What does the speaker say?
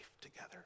together